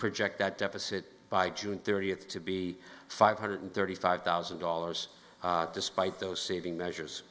project that deficit by june thirtieth to be five hundred thirty five thousand dollars despite those saving measures